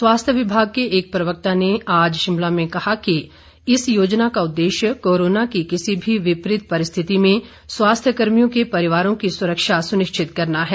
स्वास्थ्य विभाग के एक प्रवक्ता ने आज शिमला में कहा कि इस योजना का उददेश्य कोरोना की किसी भी विपरीत परिस्थिति में स्वास्थ्य कर्मियों के परिवारों की सुरक्षा सुनिश्चित करना है